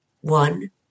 One